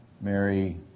Mary